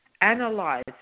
analyze